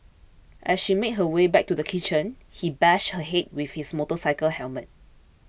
as she made her way back to the kitchen he bashed her head with his motorcycle helmet